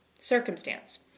Circumstance